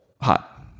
Hot